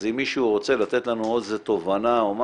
אז אם מישהו רוצה לתת לנו עוד תובנה או משהו,